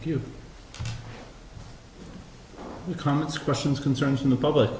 a few comments questions concerns in the public